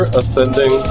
ascending